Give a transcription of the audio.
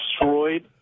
destroyed